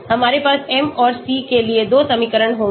हमारे पास m और c के लिए 2 समीकरण होंगे